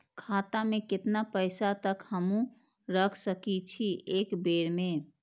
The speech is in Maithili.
खाता में केतना पैसा तक हमू रख सकी छी एक बेर में?